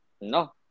No